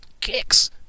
kicks